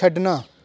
ਛੱਡਣਾ